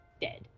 dead